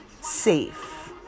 safe